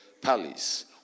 palace